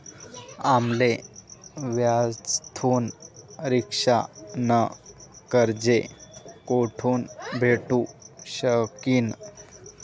आम्ले व्याजथून रिक्षा न कर्ज कोठून भेटू शकीन